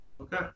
Okay